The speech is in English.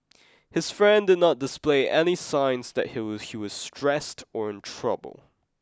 his friend did not display any signs that he was he was stressed or in trouble